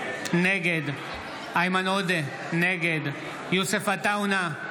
נגד איימן עודה, נגד יוסף עטאונה,